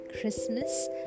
Christmas